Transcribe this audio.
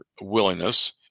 willingness